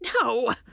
No